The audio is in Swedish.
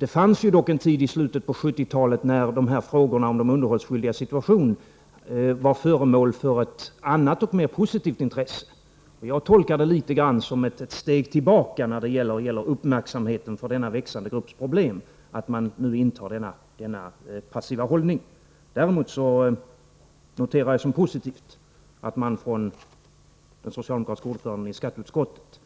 Det var dock en tid i slutet av 1970-talet då frågan om de underhållsskyldigas situation var föremål för ett annat och mera positivt intresse. Jag tolkade det som ett steg tillbaka när det gäller uppmärksamheten för denna växande grupps problem att man nu intar denna passiva hållning. Däremot noterar jag som positivt att den socialdemokratiske ordföranden i skatteutskottet